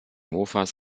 mofas